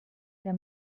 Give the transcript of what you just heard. der